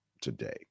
today